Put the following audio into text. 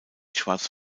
schwarz